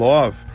Love